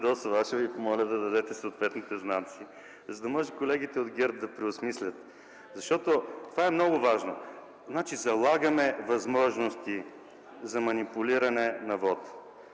аз ще Ви помоля да дадете съответните знаци, за да могат колегите от ГЕРБ да преосмислят предложението. Защото това е много важно! Залагаме възможности за манипулиране на вота.